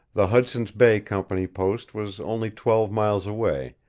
the hudson's bay company post was only twelve miles away,